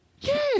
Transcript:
Yes